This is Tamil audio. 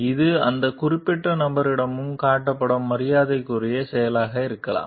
இது அந்த குறிப்பிட்ட நபரிடமும் காட்டப்பட்ட மரியாதைக்குரிய செயலாக இருக்கலாம்